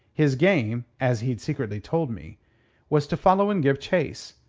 his game as he'd secretly told me was to follow and give chase.